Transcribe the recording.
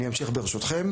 אני אמשיך ברשותכם.